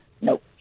Nope